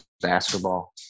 basketball